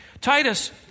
Titus